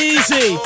Easy